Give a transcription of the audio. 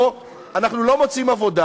פה אנחנו לא מוצאים עבודה.